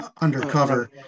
undercover